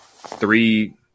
Three